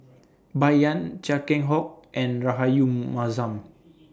Bai Yan Chia Keng Hock and Rahayu Mahzam